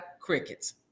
crickets